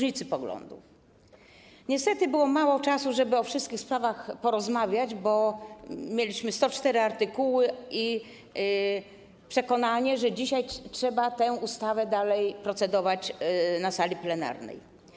Niestety było mało czasu, żeby o wszystkich sprawach porozmawiać, bo mieliśmy 104 artykuły i przekonanie, że dzisiaj trzeba nad tą ustawą dalej procedować na sali plenarnej.